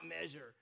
measure